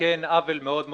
שמתקן עוול מאוד גדול.